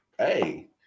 Hey